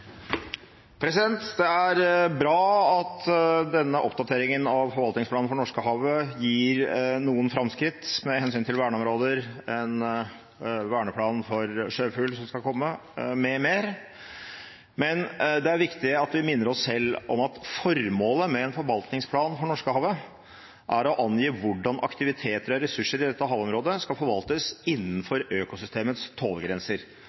Det er bra at denne oppdateringen av forvaltningsplanen for Norskehavet gir noen framskritt med hensyn til verneområder, en verneplan for sjøfugl som skal komme, m.m., men det er viktig at vi minner oss selv om at formålet med en forvaltningsplan for Norskehavet er å angi hvordan aktiviteter og ressurser i dette havområdet skal forvaltes